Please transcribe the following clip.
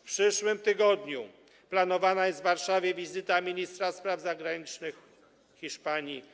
W przyszłym tygodniu planowana jest w Warszawie wizyta ministra spraw zagranicznych Hiszpanii